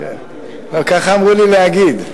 ככה אמרו לי להגיד.